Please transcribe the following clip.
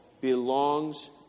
belongs